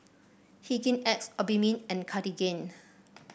Hygin X Obimin and Cartigain